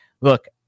look